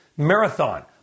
Marathon